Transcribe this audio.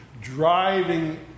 driving